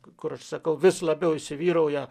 kur aš sakau vis labiau įsivyrauja